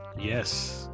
Yes